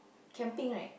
camping right